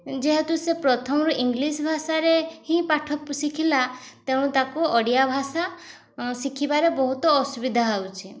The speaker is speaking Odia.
ଯେହେତୁ ସେ ପ୍ରଥମରୁ ଇଂଗ୍ଲିଶ୍ ଭାଷାରେ ହିଁ ପାଠ ଶିଖିଲା ତେଣୁ ତା'କୁ ଓଡ଼ିଆ ଭାଷା ଶିଖିବାରେ ବହୁତ ଅସୁବିଧା ହେଉଛି